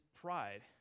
pride